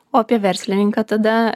o apie verslininką tada